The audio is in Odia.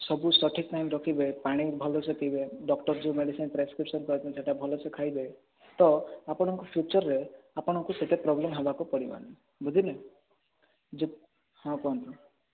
ସବୁ ସଠିକ୍ ଟାଇମ୍ ରଖିବେ ପାଣି ଭଲ ସେ ପିଇବେ ଡ଼କ୍ଟର ଯୋଉ ମେଡ଼ିସିନ୍ ପ୍ରେସକ୍ରିପସନ୍ କହିଛନ୍ତି ସେଟା ଭଲ ସେ ଖାଇବେ ତ ଆପଣଙ୍କୁ ଫିଉଚରରେ ଆପଣଙ୍କୁ ସେଟା ପ୍ରୋବ୍ଲେମ୍ ହେବାକୁ ପଡ଼ିବନି ବୁଝିଲେ ହଁ କୁହନ୍ତୁ